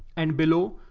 and below,